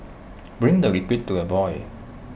bring the liquid to the boil